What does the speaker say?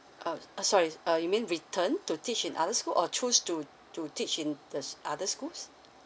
uh uh sorry uh you mean return to teach in other school or choose to to teach in the s~ other schools